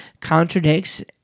contradicts